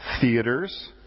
theaters